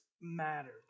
mattered